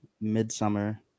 midsummer